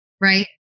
right